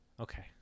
Okay